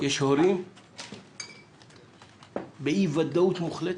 ויש הורים באי ודאות מוחלטת.